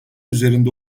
üzerinde